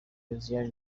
josiane